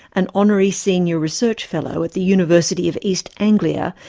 an honorary senior research fellow at the university of east anglia,